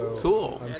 Cool